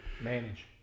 manage